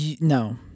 no